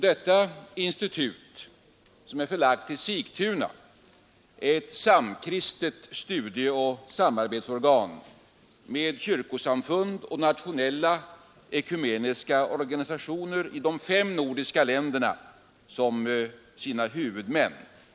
Detta institut, som är förlagt till Sigtuna, är ett samkristet studieoch samarbetsorgan med kyrkosamfund och nationella ekumeniska organisationer i de fem nordiska länderna som sina huvudmän.